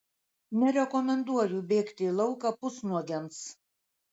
nerekomenduoju bėgti į lauką pusnuogiams